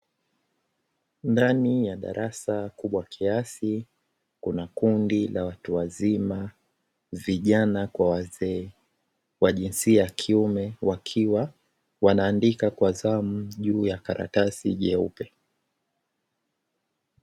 Ndani ya darasa kubwa kiasi, kuna kundi la watu wazima; vijana kwa wazee wa jinsia ya kiume, wakiwa wanaandika kwa zamu juu ya karatasi jeupe.